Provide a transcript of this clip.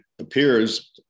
appears